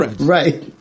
Right